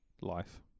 life